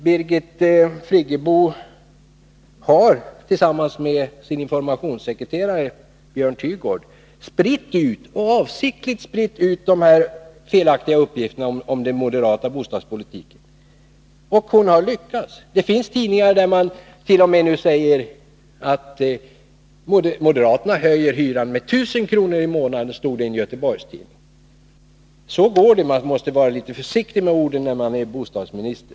Birgit Friggebo har, tillsammans med sin informationssekreterare Björn Tygård, avsiktligt spritt ut de här felaktiga uppgifterna om den moderata bostadspolitiken. Och hon har lyckats. I en Göteborgstidning stod det t.o.m. att moderaterna höjer hyran med 1 000 kr. per månad. Så går det. Man måste vara litet försiktig med orden när man är bostadsminister.